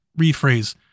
rephrase